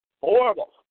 Horrible